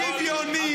שוויוני.